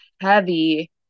heavy